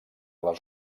les